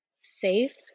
safe